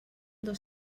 dos